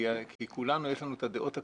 כי לכולנו יש את הדעות הקדומות,